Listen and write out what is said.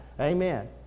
Amen